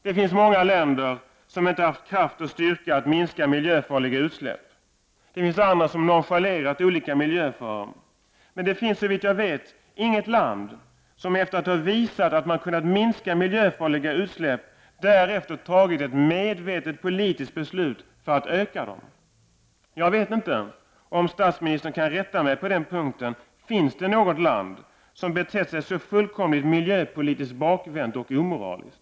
Det finns många länder som inte har haft kraft och styrka att minska miljöfarliga utsläpp. Det finns andra som har nonchalerat olika miljöfaror. Men det finns, såvitt jag vet, inget land som efter det att man har visat att man kan minska miljöfarliga utsläpp fattat ett medvetet politiskt beslut för att öka dem. Jag vet inte om statsministern kan rätta mig på den punkten. Finns det något land som betett sig så fullkomligt miljöpolitiskt bakvänt och omoraliskt?